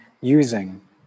using